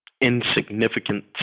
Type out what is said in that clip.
insignificant